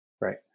right